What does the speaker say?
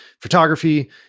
photography